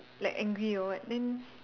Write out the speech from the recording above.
like angry or what then